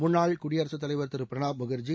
முன்னாள் குடியரசுத் தலைவர் திரு பிரணாப் முகர்ஜி